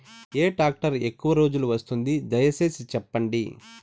ఏ tractor ఎక్కువగా రోజులు వస్తుంది, దయసేసి చెప్పండి?